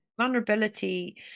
vulnerability